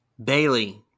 Bailey